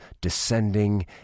descending